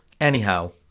Anyhow